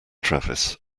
travis